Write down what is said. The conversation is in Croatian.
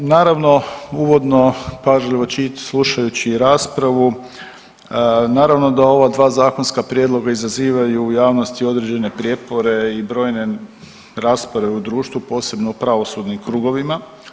Naravno uvodno pažljivo slušajući i raspravu naravno da ova dva zakonska prijedloga izazivaju u javnosti određene prijepore i brojne rasprave u društvu, posebno u pravosudnim krugovima.